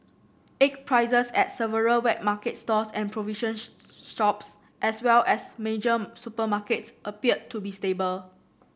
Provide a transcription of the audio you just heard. egg prices at several wet market stalls and provision shops as well as major supermarkets appear to be stable